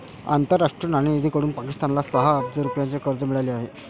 आंतरराष्ट्रीय नाणेनिधीकडून पाकिस्तानला सहा अब्ज रुपयांचे कर्ज मिळाले आहे